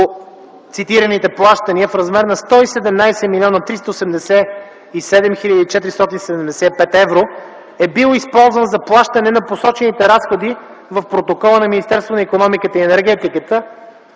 цитираните плащания в размер на 117 млн. 387 хил. 475 евро е бил използван за плащане на посочените разходи в протокола на Министерството на икономиката и енергетиката